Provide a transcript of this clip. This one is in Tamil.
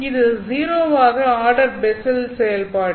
இது 0 வது ஆர்டர் பெஸ்ஸல் செயல்பாடு